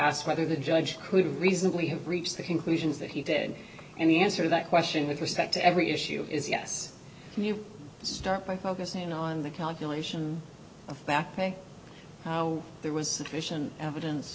asked whether the judge could reasonably have reached the conclusions that he did and the answer to that question with respect to every issue is yes you start by focusing on the calculation of backpay how there was sufficient evidence